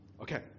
Okay